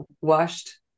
washed